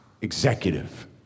Executive